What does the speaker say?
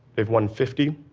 they've won fifty.